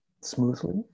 smoothly